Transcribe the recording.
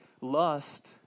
lust